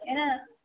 ஏன்னா